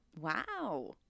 wow